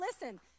listen